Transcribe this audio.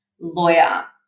lawyer